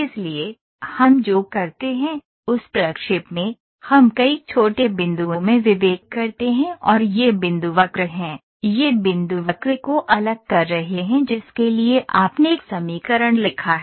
इसलिए हम जो करते हैं उस प्रक्षेप में हम कई छोटे बिंदुओं में विवेक करते हैं और ये बिंदु वक्र हैं ये बिंदु वक्र को अलग कर रहे हैं जिसके लिए आपने एक समीकरण लिखा है